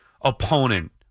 opponent